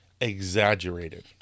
exaggerated